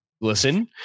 listen